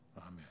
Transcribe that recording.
Amen